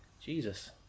Jesus